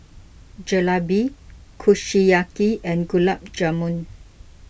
Jalebi Kushiyaki and Gulab Jamun